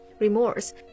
Remorse